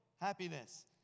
happiness